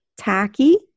tacky